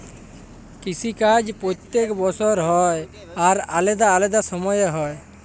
কিসি কাজ প্যত্তেক বসর হ্যয় আর আলেদা আলেদা সময়ে হ্যয়